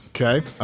Okay